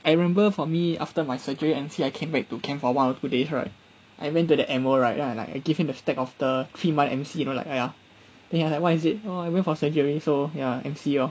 I remember for me after my surgery M_C I came back to camp for one or two days right I went to the M_O right then I like give him the stack of the claim [one] M_C you know like !aiya! then he like what is it orh I went for surgery so ya M_C lor